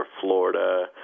Florida